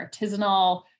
artisanal